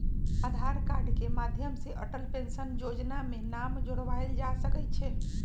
आधार card के माध्यम से अटल पेंशन जोजना में नाम जोरबायल जा सकइ छै